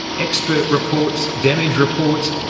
expert reports, damage reports,